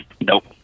Nope